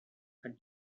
her